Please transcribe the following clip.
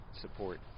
support